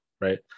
Right